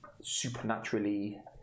supernaturally